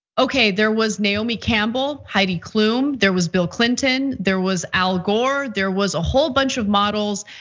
okay, there was naomi campbell, heidi klum, there was bill clinton, there was al gore, there was a whole bunch of models.